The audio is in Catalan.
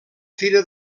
fira